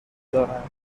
دارند